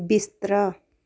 ਬਿਸਤਰਾ